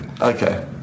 Okay